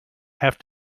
have